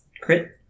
Crit